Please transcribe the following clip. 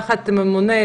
יחד עם הממונה,